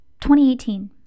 2018